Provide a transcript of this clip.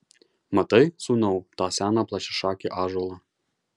matai sūnau tą seną plačiašakį ąžuolą